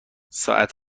ساعت